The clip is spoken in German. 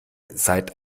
seit